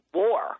war